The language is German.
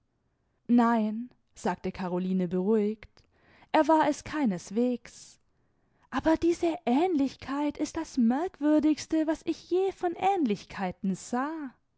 nein sagte caroline beruhiget er war es keinesweges aber diese aehnlichkeit ist das merkwürdigste was ich je von aehnlichkeiten sah